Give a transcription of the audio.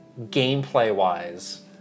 gameplay-wise